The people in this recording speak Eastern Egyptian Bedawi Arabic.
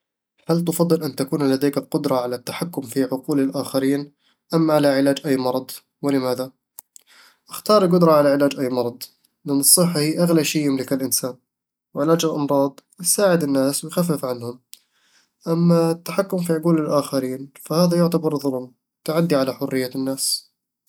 هل تفضل أن تكون لديك القدرة على التحكم في عقول الآخرين أم على علاج أي مرض؟ ولماذا؟ أختار القدرة على علاج أي مرض لأن الصحة هي أغلى شي يملكه الإنسان، وعلاج الأمراض يساعد الناس ويخفف عنهم أما التحكم في عقول الآخرين، فهذا يعتبر ظلم وتعدي على حرية الناس